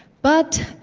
but